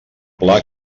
pla